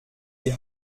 die